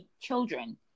children